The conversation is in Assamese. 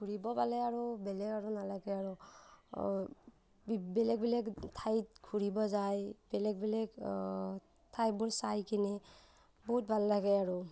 ঘূৰিব পালে আৰু বেলেগ আৰু নালাগে আৰু বি বেলেগ বেলেগ ঠাইত ঘূৰিব যায় বেলেগ বেলেগ ঠাইবোৰ চাই কিনে বহুত ভাল লাগে আৰু